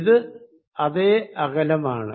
ഇത് അതേ അകലമാണ്